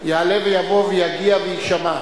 יעלה ויבוא ויגיע ויישמע.